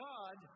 God